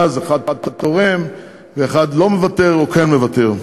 ואז אחד תורם ואחד לא מוותר או כן מוותר.